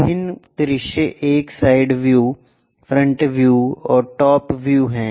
विभिन्न दृश्य एक साइड व्यू फ्रंट व्यू और टॉप व्यू हैं